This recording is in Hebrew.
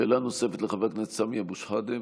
שאלה נוספת, לחבר הכנסת סמי אבו שחאדה.